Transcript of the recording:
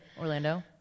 Orlando